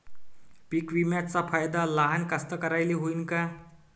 पीक विम्याचा फायदा लहान कास्तकाराइले होईन का?